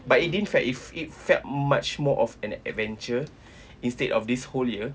but it didn't felt it it felt much more of an adventure instead of this whole year